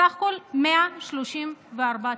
בסך הכול 134 תיקים.